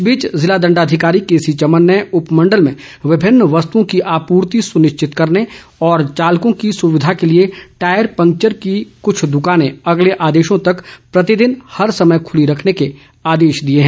इस बीच जिला दंडाधिकारी केसी चमन ने उपमंडल में विभिन्न वस्तओं की आपूर्ति सुनिश्चित करने और चालकों की सुविधा के लिए टायर पंक्चर की कुछ द्काने अगले आदेशों तक प्रतिदिन हर समय खूली रखने के आदेश दिए हैं